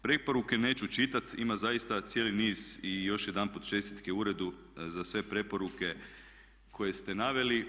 Preporuke neću čitati, ima zaista cijeli niz i još jedanput čestitke uredu za sve preporuke koje ste naveli.